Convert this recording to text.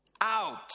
out